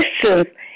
questions